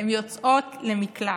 הן יוצאות למקלט.